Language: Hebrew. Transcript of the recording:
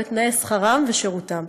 בתנאי שכרם ושירותם.